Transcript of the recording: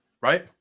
Right